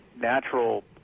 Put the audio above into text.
natural